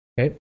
okay